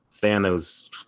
Thanos